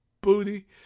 booty